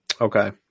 Okay